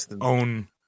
own